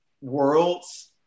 worlds